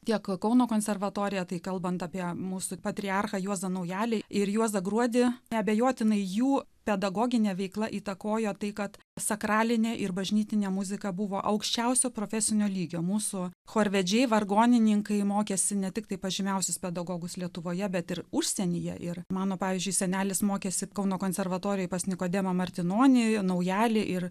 tiek kauno konservatoriją tai kalbant apie mūsų patriarchą juozą naujalį ir juozą gruodį neabejotinai jų pedagoginė veikla įtakojo tai kad sakralinę ir bažnytinę muziką buvo aukščiausio profesinio lygio mūsų chorvedžiai vargonininkai mokėsi ne tiktai pas žymiausius pedagogus lietuvoje bet ir užsienyje ir mano pavyzdžiui senelis mokėsi kauno konservatorijoje pas nikodemą martinonį joje naujalį ir